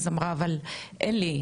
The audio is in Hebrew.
אז אמרה אבל אין לי,